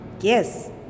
Yes